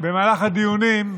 במהלך הדיונים,